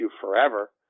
forever